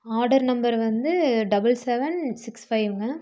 order number வந்து double seven six ஃபைவ்ங்க